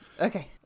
Okay